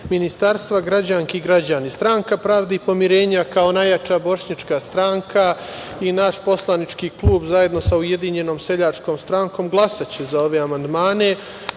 ministarstva, građanke i građani, stranka Pravde i pomirenja, kao najjača bošnjačka stranka i naš poslanički klub zajedno sa Ujedinjenom seljačkom strankom glasaće za ove amandmane.U